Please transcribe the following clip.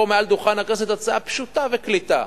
פה, מעל דוכן הכנסת, הצעה פשוטה וקליטה.